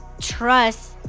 trust